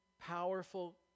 powerful